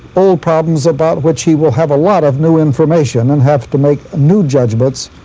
old problems about which he will have a lot of new information, and have to make new judgements